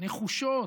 נחושות,